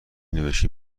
نوشتین